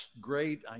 great